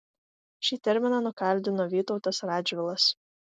šį terminą nukaldino vytautas radžvilas